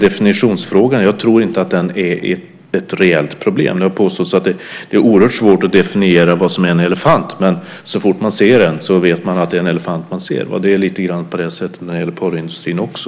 Definitionsfrågan tror jag knappast är något reellt problem. Man har sagt att det är oerhört svårt att definiera vad som är en elefant, men så fort man ser en så vet man att det är en elefant som man ser. Jag tror att det är lite grann på det sättet när det gäller porrindustrin också.